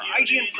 IGN